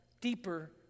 deeper